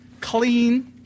clean